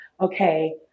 okay